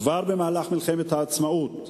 כבר במהלך מלחמת העצמאות,